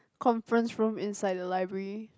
conference room inside the library